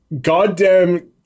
goddamn